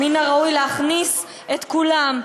מן הראוי להכניס את כולן,